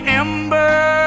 ember